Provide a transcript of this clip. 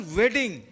wedding